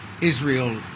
Israel